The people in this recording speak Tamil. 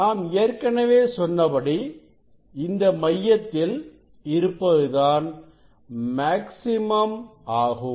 நான் ஏற்கனவே சொன்னபடி இந்த மையத்தில் இருப்பது தான் மேக்ஸிமம் ஆகும்